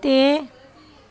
ਅਤੇ